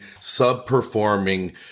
sub-performing